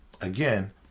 again